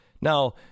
now